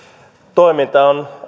toiminta on